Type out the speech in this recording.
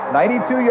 92